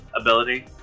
ability